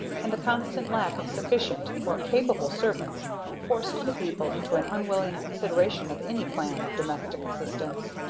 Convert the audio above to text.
and the constant lack of sufficient or capable servants forced the people into an unwilling consideration of any plan of domestic assistance.